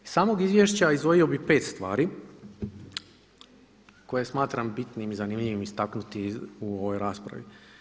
Iz samog izvješća izdvojio bi pet stvari koje smatram bitnim i zanimljivim istaknuti u ovoj raspravi.